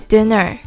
Dinner